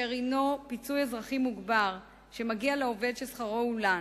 אשר הינו פיצוי אזרחי מוגבר שמגיע לעובד ששכרו הולן,